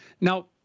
Now